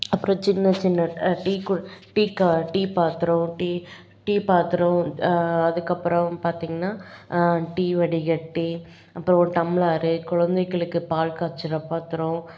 அப்புறம் சின்ன சின்ன டீக்கோல் டீக்கு டீ பாத்திரம் டீ டீ பாத்திரம் அதுக்கப்புறம் பார்த்தீங்கன்னா டீ வடிகட்டி அப்புறம் ஒரு டம்ளரு குழந்தைகளுக்கு பால் காய்ச்சுற பாத்திரம்